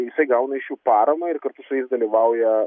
jisai gauna iš jų paramą ir kartu su jais dalyvauja